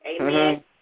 amen